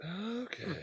Okay